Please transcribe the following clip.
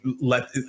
let